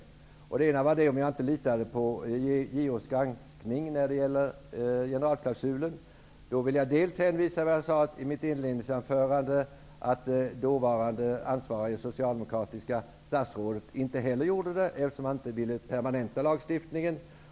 En av frågorna var om jag inte litade på JK:s granskning när det gäller generalklausulen. Då vill jag först hänvisa till det som jag inledningsvis sade, nämligen att det dåvarande socialdemokratiska statsrådet inte heller litade på JK, eftersom han inte inte ville permanenta lagstiftningen.